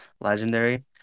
legendary